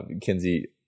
Kinsey